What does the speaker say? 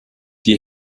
die